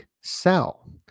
Cell